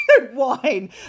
wine